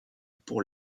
pour